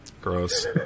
Gross